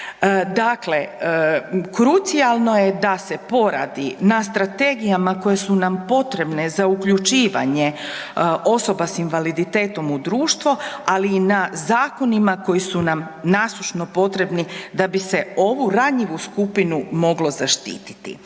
Dakle, krucijalno je da se poradi na strategijama koje su nam potrebne za uključivanje osoba s invaliditetom u društvo, ali i na zakonima koji su nam nasušno potrebni da bi se ovu ranjivu skupinu moglo zaštititi.